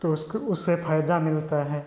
तो उसको उससे फ़ायदा मिलता है